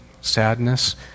sadness